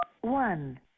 one